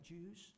Jews